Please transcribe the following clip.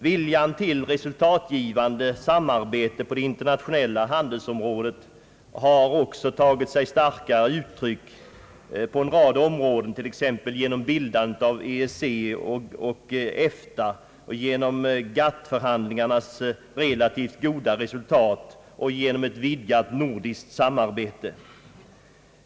Viljan till resultatgivande samarbete på det internationella handelsområdet har också tagit sig starkare uttryck på en rad områden, t.ex. genom bildandet av EEC och EFTA, genom Gatt-förhandlingarnas relativt goda resultat och genom ett vidgat nordiskt samarbete.